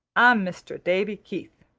i'm mr. davy keith.